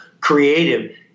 creative